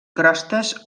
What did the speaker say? crostes